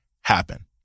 happen